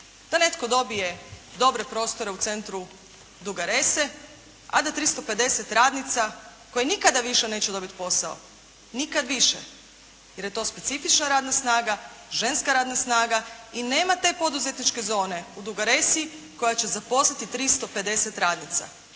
da netko dobije dobre prostore u centru Duge Rese a da 350 radnika koje nikada više neće dobiti posao, nikad više jer je to specifična radna snaga, ženska radna snaga i nema te poduzetničke zone u Dugoj Resi koja će zaposliti 350 radnica.